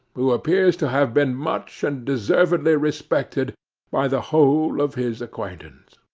who appears to have been much and deservedly respected by the whole of his acquaintance